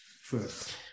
first